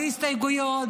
בלי הסתייגויות,